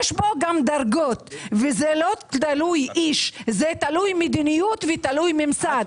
יש כאן גם דרגות וזה לא תלוי באיש אלא זה תלוי מדיניות ותלוי ממסד.